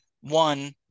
one